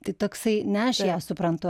tai toksai ne aš ją suprantu